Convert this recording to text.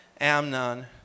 Amnon